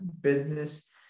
business